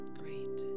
great